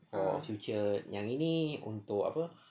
for future yang ini untuk apa